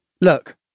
Look